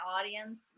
audience